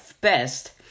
Best